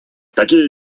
такие